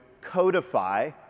codify